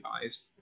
guys